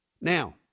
Now